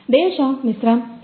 దేవాషిష్ మిశ్రా ఈ ఇండస్ట్రీ 4